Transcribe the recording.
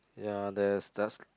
ya there's just